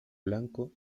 blanco